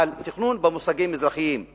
7,000 תושבים ביישוב הזה,